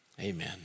Amen